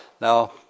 Now